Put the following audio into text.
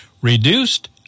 reduced